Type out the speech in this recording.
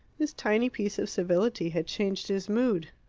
this tiny piece of civility had changed his mood.